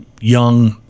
young